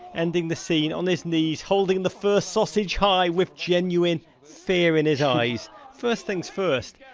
ending the scene on his knees holding the first sausage high with genuine fear in his eyes. first things first,